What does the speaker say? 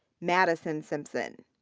madison simpson.